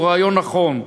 הוא רעיון נכון.